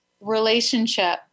relationship